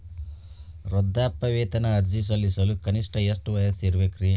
ವೃದ್ಧಾಪ್ಯವೇತನ ಅರ್ಜಿ ಸಲ್ಲಿಸಲು ಕನಿಷ್ಟ ಎಷ್ಟು ವಯಸ್ಸಿರಬೇಕ್ರಿ?